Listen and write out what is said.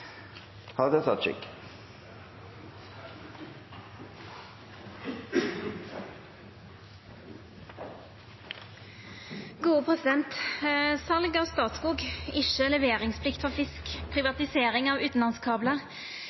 bortreist. «Sal av Statskog. Ikkje leveringsplikt for fisk. Privatisering av utanlandskablar.